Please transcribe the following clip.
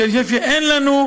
כי אני חושב שאין לנו,